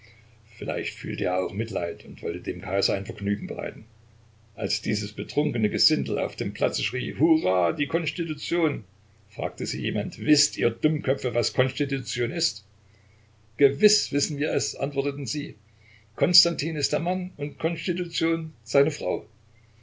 vielleicht fühlte er auch mitleid und wollte dem kaiser ein vergnügen bereiten als dieses betrunkene gesindel auf dem platze schrie hurra die konstitution fragte sie jemand wißt ihr dummköpfe was konstitution ist gewiß wissen wir es antworteten sie konstantin ist der mann und konstitution seine frau